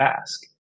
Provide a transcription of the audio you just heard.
ask